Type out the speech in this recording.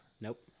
Nope